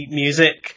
music